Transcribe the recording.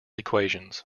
equations